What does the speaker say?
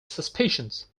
suspicions